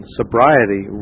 sobriety